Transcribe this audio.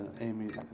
Amy